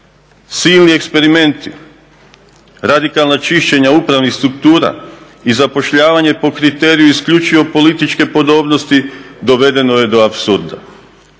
Silni eksperimenti, radikalna čišćenja upravnih struktura i zapošljavanje po kriteriju isključivo političke podobnosti dovedeno je do apsurda.